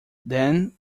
then